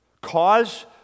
Cause